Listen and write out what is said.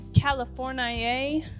california